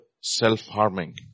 self-harming